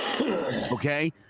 okay